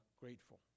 grateful